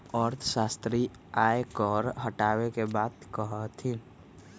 अर्थशास्त्री आय कर के हटावे के बात कहा हथिन